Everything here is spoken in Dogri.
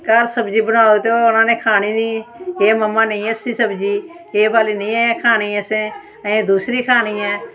कदें सब्जी बनाओ ते ओह् उनें खानी नेईं ते एह् मम्मा नेईं अच्छी सब्जी एह् वाली नेईं खानी असें एह् दूसरी खानी ऐ